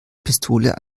pistole